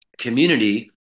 community